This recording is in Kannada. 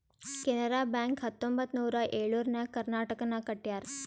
ಕೆನರಾ ಬ್ಯಾಂಕ್ ಹತ್ತೊಂಬತ್ತ್ ನೂರಾ ಎಳುರ್ನಾಗ್ ಕರ್ನಾಟಕನಾಗ್ ಕಟ್ಯಾರ್